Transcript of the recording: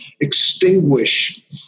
extinguish